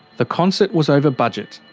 the concert was over budget.